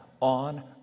on